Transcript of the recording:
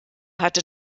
hatte